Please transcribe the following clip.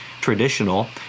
traditional